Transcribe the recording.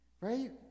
right